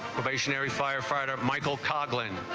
stationary firefighter michael coghlan